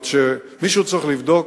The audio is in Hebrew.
אדוני השר, מישהו צריך לבדוק